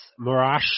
Morash